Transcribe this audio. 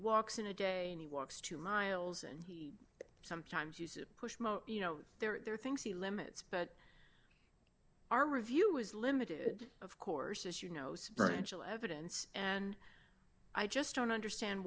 walks in a day and he walks two miles and he sometimes uses push you know there are things he limits but our review is limited of course as you know spiritual evidence and i just don't understand